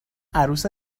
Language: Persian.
عروس